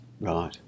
Right